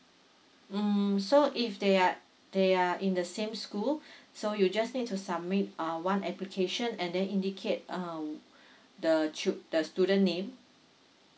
mm so if they are they are in the same school so you just need to submit uh one application and then indicate um the the student name